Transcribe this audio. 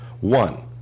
One